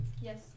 Yes